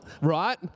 Right